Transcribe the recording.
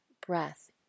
breath